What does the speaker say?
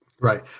Right